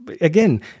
again